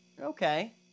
okay